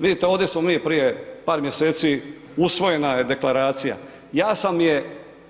Vidite, ovdje smo mi prije par mjeseci, usvojena je deklaracija, ja sam je